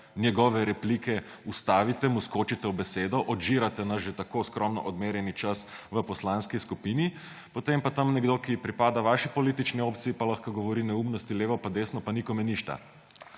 njegove replike ustavite, mu skočite v besedo, odžirate naš že tako skromno odmerjeni čas v poslanski skupini, potem pa tam nekdo, ki pripada vaši politični opciji, pa lahko govori neumnosti levo in desno in nikome ništa.